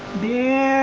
the